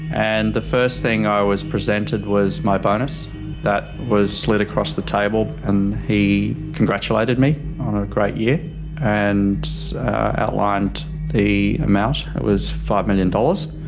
and the first thing i was presented was my bonus that was slid across the table and he congratulated me on a great year and outlined the amount. it was five million dollars.